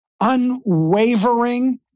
unwavering